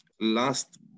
last